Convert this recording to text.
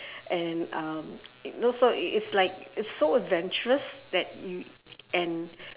and um no so it it's like it's so adventurous that y~ and